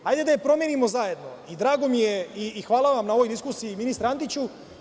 Hajde da je promenimo zajedno i dramo mi je i hvala vam na ovoj diskusiji ministre Antiću.